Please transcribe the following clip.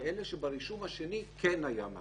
ואלה שברישום השני כן היה מאסר.